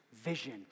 Vision